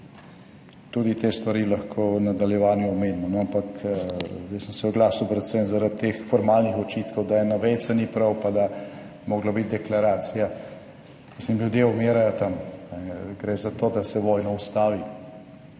Tudi te stvari lahko v nadaljevanju omenimo. No, ampak zdaj sem se oglasil predvsem zaradi teh formalnih očitkov, da ena vejica ni prav, pa da mogla biti deklaracija. Mislil ljudje umirajo tam. Gre zato, da se vojna ustavi.